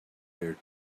their